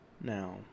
Now